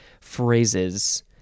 phrases